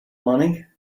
money